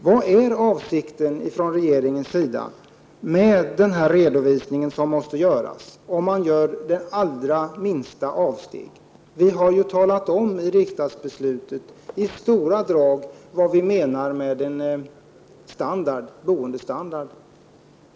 Vad är regeringens avsikt med den redovisning som måste ske så fort man gör det allra minsta avsteg? I riksdagsbeslutet har vi ju talat om vad vi i stora drag menar med en bra standard på boendet.